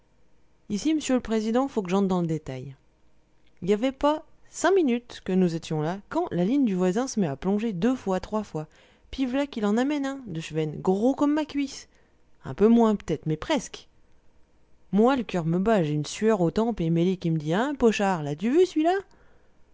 ici m'sieu l'président il faut que j'entre dans le détail y avait pas cinq minutes que nous étions là quand la ligne du voisin s'met à plonger deux fois trois fois et puis voilà qu'il en amène un de chevesne gros comme ma cuisse un peu moins pt être mais presque moi le coeur me bat j'ai une sueur aux tempes et mélie qui me dit hein pochard l'as-tu vu celui-là